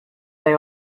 they